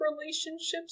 relationships